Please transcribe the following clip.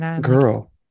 Girl